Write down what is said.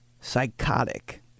psychotic